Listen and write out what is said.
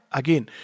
again